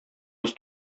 без